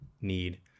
need